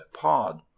pod